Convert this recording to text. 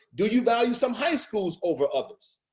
do you value some high schools over others?